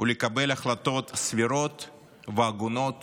ולקבל החלטות סבירות והגונות